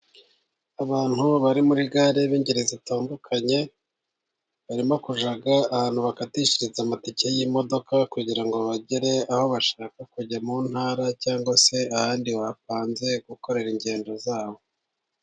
Abantu bari muri gare b'ingeri zitandukanye barimo kujya ahantu bakatishiriza amatike y'imodoka, kugira ngo bagere aho bashaka kujya mu ntara cyangwa se ahandi bapanze gukorera ingendo zabo.